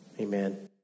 Amen